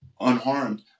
unharmed